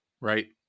Right